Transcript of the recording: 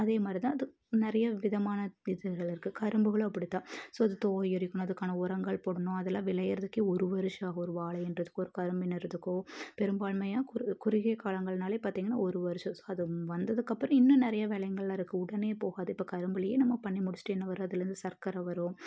அதே மாதிரி தான் அது நிறைய விதமான இதுகள் இருக்குது கரும்புகளும் அப்படி தான் ஸோ அது தோய்யுரிக்கணும் அதுக்கான உரங்கள் போடணும் அதெலாம் விளையிறத்துக்கே ஒரு வர்ஷம் ஆகும் ஒரு வாழை ஈன்றதுக்கோ ஒரு கரும்பு ஈன்றதுக்கோ பெரும்பான்மையாக குறு குறுகிய காலங்கள்னால் பார்த்திங்கனா ஒரு வர்ஷம் ஸோ அது வந்ததுக்கப்பறம் இன்னும் நிறைய விலைங்கள்லாம் இருக்குது உடனே போகாது இப்போ கரும்புலயே நம்ம பண்ணி முடிச்சிட்டு என்ன வரும் அதுலேருந்து சர்க்கரை வரும்